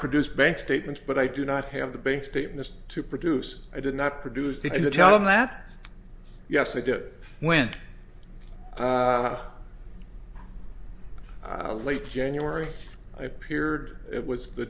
produce bank statements but i do not have the bank statements to produce i did not produce begin to tell them that yes they did when i was late january i appeared it was the